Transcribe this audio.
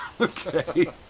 Okay